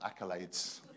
accolades